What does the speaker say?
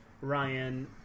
Ryan